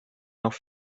noch